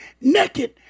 naked